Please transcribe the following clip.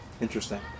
Interesting